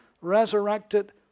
resurrected